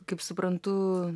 kaip suprantu